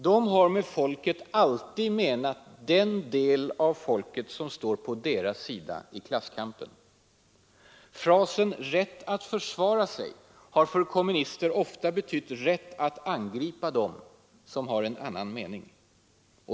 De har med ”folket” alltid menat den del av folket som står på deras sida i klasskampen. Frasen ”rätt att försvara sig” har för kommunister ofta betytt rätt att angripa dem som har en annan mening.